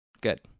Good